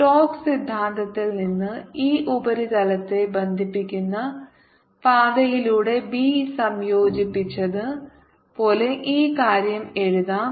Stokes സിദ്ധാന്തത്തിൽ നിന്ന് ഈ ഉപരിതലത്തെ ബന്ധിപ്പിക്കുന്ന പാതയിലൂടെ ബി സംയോജിപ്പിച്ചത് പോലെ ഈ കാര്യം എഴുതാം